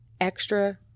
extra